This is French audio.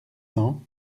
cents